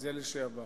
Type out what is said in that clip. זה לשעבר.